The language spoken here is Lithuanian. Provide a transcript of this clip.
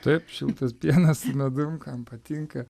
taip šiltas pienas su medum kam patinka